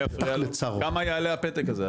כמה יעלה הפתק הזה?